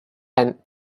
and